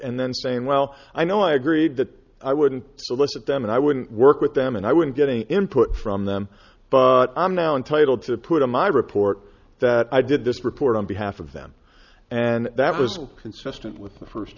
and then saying well i know i agreed that i wouldn't solicit them and i wouldn't work with them and i wouldn't get any input from them but i'm now entitled to put in my report that i did this report on behalf of them and that was all consistent with the first